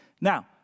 Now